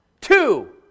two